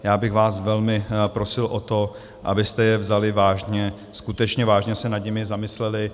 Já bych vás velmi prosil o to, abyste je vzali vážně, skutečně vážně se nad nimi zamysleli.